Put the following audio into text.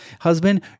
Husband